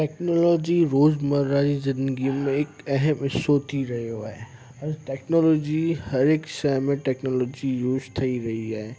technology रोज़ुमर्रा जी ज़िंदगीअ में हिकु अहमु हिसो थी रहियो आहे हर टैक्नोलॉजी हर हिकु शइ में टैक्नोलॉजी यूस थी रही आहे